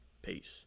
Peace